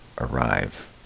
arrive